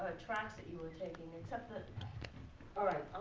ah tracks that you were taking except that all right,